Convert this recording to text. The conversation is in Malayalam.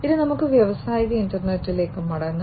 ഇനി നമുക്ക് വ്യാവസായിക ഇന്റർനെറ്റിലേക്ക് മടങ്ങാം